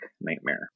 nightmare